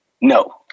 no